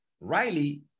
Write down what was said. Riley